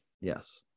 Yes